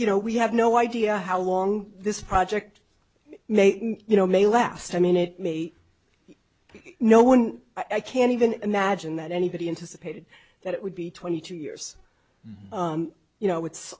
you know we have no idea how long this project may you know may last i mean it may be no one i can't even imagine that anybody anticipated that it would be twenty two years you know it's